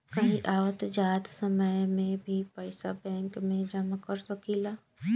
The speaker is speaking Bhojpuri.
कहीं आवत जात समय में भी पइसा बैंक में जमा कर सकेलऽ